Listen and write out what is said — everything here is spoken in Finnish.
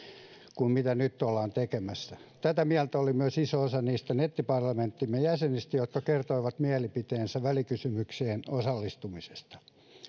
kuin mitä nyt ollaan tekemässä tätä mieltä oli myös iso osa niistä nettiparlamenttimme jäsenistä jotka kertoivat mielipiteensä välikysymykseen osallistumisesta